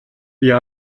wir